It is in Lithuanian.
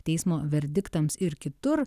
teismo verdiktams ir kitur